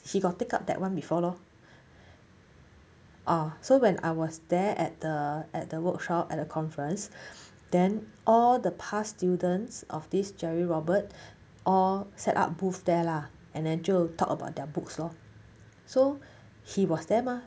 he got take up that one before lor ah so when I was there at the at the workshop at a conference then all the past students of this jerry robert all set up booths there lah and then 就 talk about their books lor so he was there mah